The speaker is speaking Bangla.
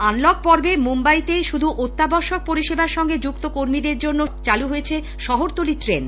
আনলক পর্বে মুম্বাইতে শুধু অত্যাবশ্যক পরিষেবার সঙ্গে যুক্ত কর্মীদের জন্য চালু হয়েছে শহরতলির ট্রেন